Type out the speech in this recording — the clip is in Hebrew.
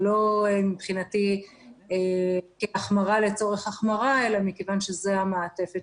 מבחינתי זאת לא החמרה לצורך החמרה אלא מכיוון שזו המעטפת